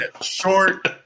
short